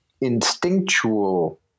instinctual